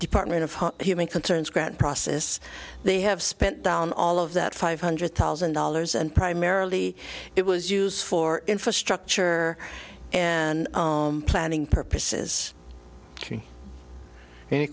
department of human concerns grant process they have spent down all of that five hundred thousand dollars and primarily it was used for infrastructure and planning purposes